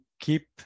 keep